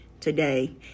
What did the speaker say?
today